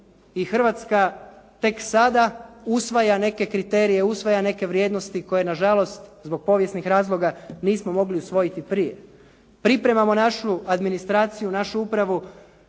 i Hrvatska tek sada usvaja neke kriterije, usvaja neke vrijednosti koje nažalost zbog povijesnih razloga nismo mogli usvojiti prije. Pripremamo našu administraciju, na našu upravu